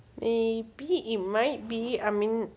maybe it might be I mean